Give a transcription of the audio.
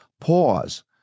pause